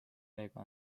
veega